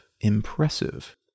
impressive